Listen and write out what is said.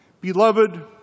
beloved